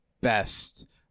best